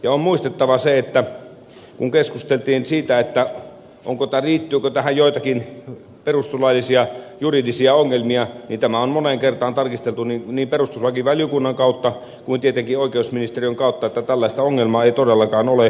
on muistettava se kun keskusteltiin siitä liittyykö tähän joitakin perustuslaillisia juridisia ongelmia että tämä on moneen kertaan tarkisteltu niin perustuslakivaliokunnan kautta kuin tietenkin oikeusministeriön kautta että tällaista ongelmaa ei todellakaan ole